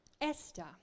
Esther